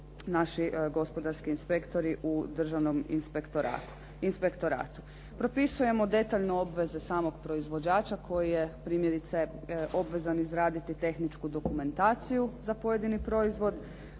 naši gospodarski inspektori u Državnom inspektoratu. Propisujemo detaljno obveze samog proizvođača koji je, primjerice obvezan izraditi tehničku dokumentaciju za pojedini proizvod,